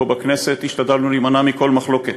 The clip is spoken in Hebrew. כשפה בכנסת השתדלנו להימנע מכל מחלוקת.